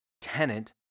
tenant